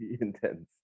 Intense